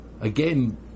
again